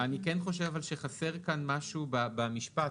אני כן חושב שחסר כאן משהו במשפט,